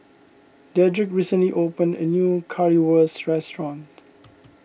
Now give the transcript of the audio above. Dedric recently opened a new Currywurst restaurant